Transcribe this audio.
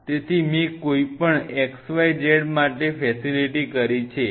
તેથી મે કોઇપણ xyz માટે ફેસિલિટી કરી છે